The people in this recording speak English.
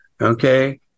Okay